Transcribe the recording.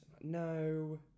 no